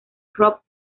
krupp